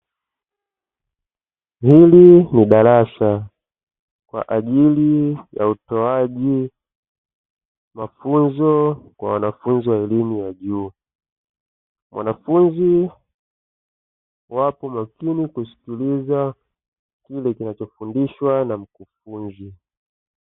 Hili ni darasa kwa ajili ya utoaji mafunzo kwa wanafunzi wa elimu ya juu. Wanafunzi wapo makini kusikiliza kile kinachofundishwa na mkufunzi.